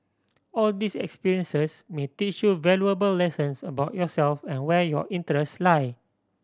all these experiences may teach you valuable lessons about yourself and where your interests lie